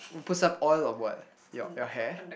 put some oil on what your your hair